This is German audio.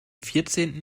vierzehnten